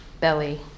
belly